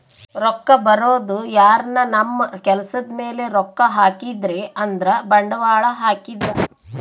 ರೊಕ್ಕ ಬರೋದು ಯಾರನ ನಮ್ ಕೆಲ್ಸದ್ ಮೇಲೆ ರೊಕ್ಕ ಹಾಕಿದ್ರೆ ಅಂದ್ರ ಬಂಡವಾಳ ಹಾಕಿದ್ರ